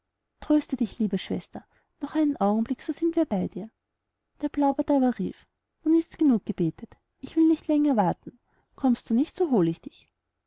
tröste dich liebe schwester noch einen augenblick so sind wir bei dir der blaubart aber rief nun ists genug gebetet ich will nicht länger warten kommst du nicht so hol ich dich